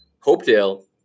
Hopedale